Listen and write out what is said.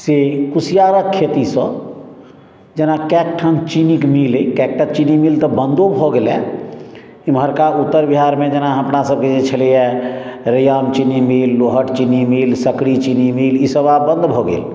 से कुशियारक खेतीसँ जेना कैक ठाम चीनीक मिल अहि कयटा चीनी मिल तऽ बन्दो भऽ गेल अछि इम्हरका उत्तर बिहारमे जेना अपना सभके जे छलैया रैयाम चीनी मिल रोहट चीनी मिल सकड़ी चीनी मिल ई सभ आब बन्द भऽ गेल